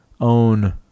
own